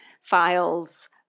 files